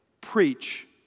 preach